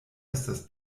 estas